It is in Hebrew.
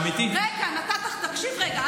תקשיב רגע,